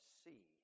see